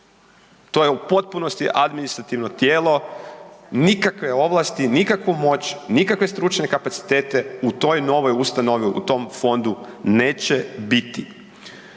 To je u potpunosti administrativno tijelo, nikakve ovlasti, nikakvu moć, nikakve stručne kapacitete u toj novoj ustanovi, u tom fondu neće biti.